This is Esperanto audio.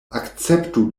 akceptu